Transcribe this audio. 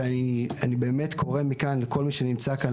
אני באמת קורא מכאן לכל מי שנמצא כאן,